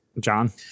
John